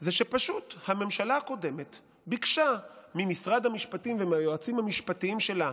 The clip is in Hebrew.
זה שפשוט הממשלה הקודמת ביקשה ממשרד המשפטים ומהיועצים המשפטיים שלה